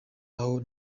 aho